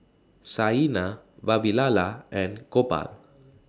Saina Vavilala and Gopal